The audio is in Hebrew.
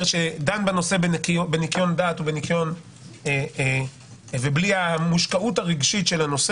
שדן בנושא בניקיון דעת ובלי מושקעות רגשית,